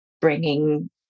bringing